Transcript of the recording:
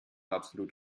absolut